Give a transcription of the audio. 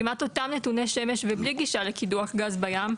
כמעט אותם נתוני שמש ובלי גישה לקידוח גז בים,